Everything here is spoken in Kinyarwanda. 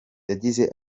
yagize